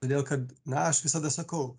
todėl kad na aš visada sakau